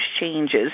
changes